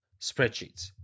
Spreadsheets